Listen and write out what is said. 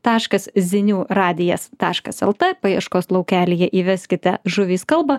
taškas zinių radijas taškas lt paieškos laukelyje įveskite žuvys kalba